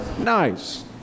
nice